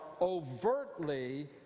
overtly